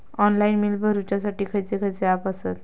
Online bill भरुच्यासाठी खयचे खयचे ऍप आसत?